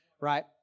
right